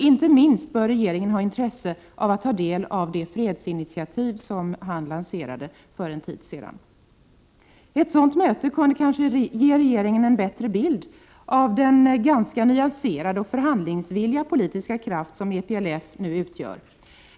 Inte minst bör regeringen ha intresse för att ta del av det fredsinitiativ som nämnde generalsekreterare lanserade för en tid sedan. Ett sådant möte kunde kanske ge regeringen en bättre bild av den ganska nyanserade och förhandlingsvilliga politiska kraft som EPLF utgör.